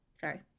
sorry